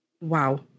Wow